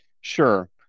Sure